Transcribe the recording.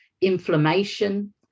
inflammation